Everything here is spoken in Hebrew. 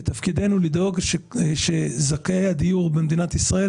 תפקידנו לדאוג שזכאי הדיור במדינת ישראל